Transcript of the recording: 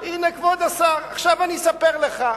הנה, כבוד השר, עכשיו אני אספר לך.